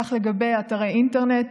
כך לגבי אתרי אינטרנט,